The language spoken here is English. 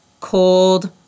cold